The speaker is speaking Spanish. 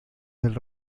del